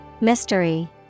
Mystery